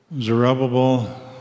Zerubbabel